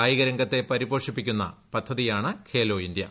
കായികരംഗത്തെ പരിപോഷിപ്പിക്കുന്ന പദ്ധതിയാണ് ഖേലോ ഇന്ത്യാ